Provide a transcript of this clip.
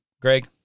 Greg